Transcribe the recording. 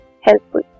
helpful